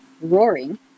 roaring